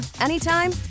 anytime